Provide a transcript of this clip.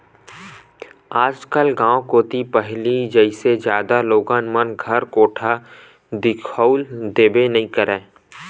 आजकल गाँव कोती पहिली जइसे जादा लोगन मन घर कोठा दिखउल देबे नइ करय